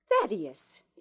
Thaddeus